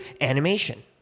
Animation